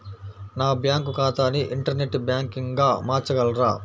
నా బ్యాంక్ ఖాతాని ఇంటర్నెట్ బ్యాంకింగ్గా మార్చగలరా?